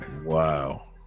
Wow